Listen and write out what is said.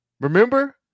Remember